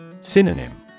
Synonym